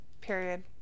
period